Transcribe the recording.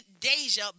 Deja